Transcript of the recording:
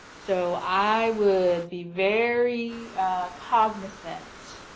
so i would be very cognizant